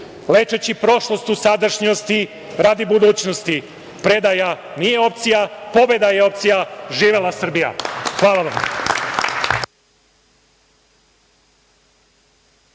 lečeći prošlost u sadašnjosti radi budućnosti. Predaja nije opcija, pobeda je opcija. Živela Srbija! Hvala vam.